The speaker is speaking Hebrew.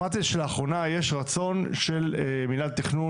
שמעתי שלאחרונה יש רצון של מנהל תכנון